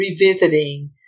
revisiting